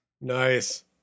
Nice